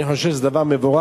אני חושב שזה דבר מבורך,